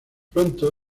pronto